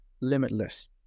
limitless